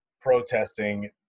protesting